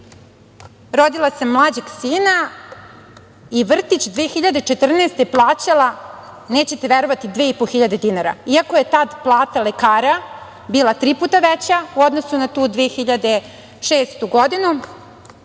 Rodila sam mlađeg sina i vrtić 2014. godine plaćala, nećete verovati, 2.500 dinara, iako je tada plata lekara bila tri puta veća u odnosu na tu 2006. godinu.I,